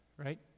Right